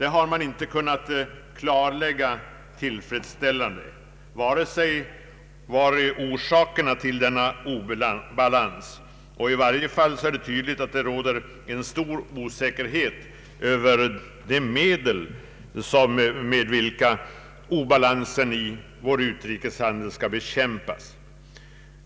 har man inte kunnat klarlägga tillfredsställande. Vi vet inte säkert vari obalansen består; i varje fall är det tydligt att det råder stor osäkerhet om de metoder med vilka obalansen i vår utrikeshandel skall bekämpas.